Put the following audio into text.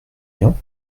bien